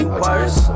worse